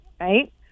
right